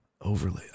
Overlay